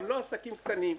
גם לא עסקים קטנים.